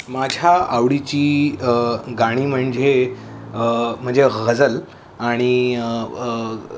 माझ्या आवडीची गाणी म्हणजे म्हणजे घजल आणि